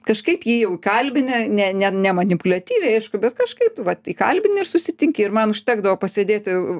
kažkaip jį jau įkalbini ne ne nemanipuliatyviai aišku bet kažkaip vat įkalbini ir susitinki ir man užtekdavo pasėdėti